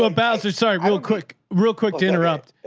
ah bastard, sorry. real quick. real quick to interrupt.